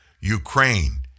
Ukraine